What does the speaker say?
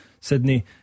Sydney